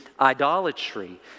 idolatry